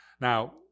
Now